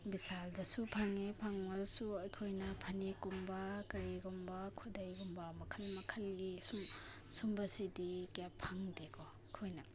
ꯚꯤꯁꯥꯜꯗꯁꯨ ꯐꯪꯉꯦ ꯐꯪꯉꯒꯁꯨ ꯑꯩꯈꯣꯏꯅ ꯐꯅꯦꯛꯀꯨꯝꯕ ꯀꯔꯤꯒꯨꯝꯕ ꯈꯨꯗꯩꯒꯨꯝꯕ ꯃꯈꯜ ꯃꯈꯜꯒꯤ ꯁꯨꯝ ꯁꯨꯝꯕꯁꯤꯗꯤ ꯀꯌꯥ ꯐꯪꯗꯦꯀꯣ ꯑꯩꯈꯣꯏꯅ